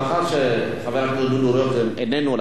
מאחר שחבר הכנסת דודו רותם איננו,